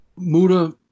Muda